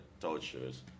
tortures